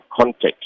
Context